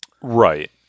Right